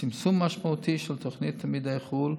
צמצום משמעותי של תוכניות תלמידי חו"ל,